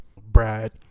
Brad